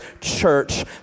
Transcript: church